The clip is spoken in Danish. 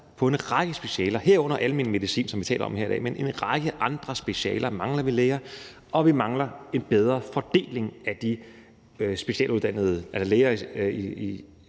læger på specialet almen medicin, som vi taler om her i dag, men også på en række andre specialer mangler vi læger, og vi mangler en bedre fordeling af de læger,